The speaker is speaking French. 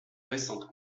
récentes